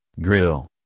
grill